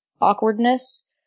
awkwardness